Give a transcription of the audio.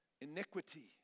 iniquity